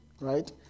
Right